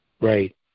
Right